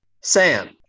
Sam